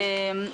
אני אענה.